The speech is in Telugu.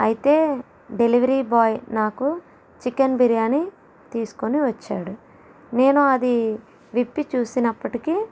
అయితే డెలివరీ బాయ్ నాకు చికెన్ బిర్యానీ తీసుకోని వచ్చాడు నేను అది విప్పి చూసినప్పటికీ